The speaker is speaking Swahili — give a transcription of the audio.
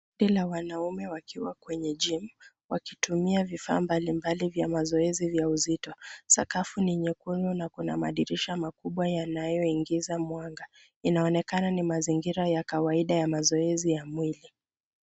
Kundi la wanaume wakiwa kwenye gym wakitumia vifaa mbalimbali vya mazoezi vya uzito. Sakafu ni nyekundu na kuna madirisha makubwa yanayoingiza mwanga. Inaonekana ni mazingira ya kawaida ya mazoezi ya mwili.